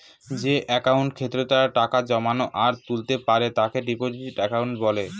যে একাউন্টে ক্রেতারা টাকা জমাতে আর তুলতে পারে তাকে ডিপোজিট একাউন্ট বলে